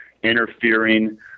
interfering